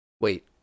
Wait